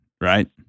right